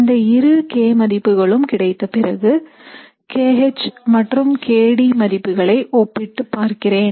இந்த இரு k மதிப்புகளும் கிடைத்த பிறகு kH மற்றும் kD மதிப்புகளை ஒப்பிட்டு பார்க்கிறேன்